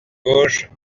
gauche